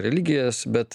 religijas bet